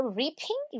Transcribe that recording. reaping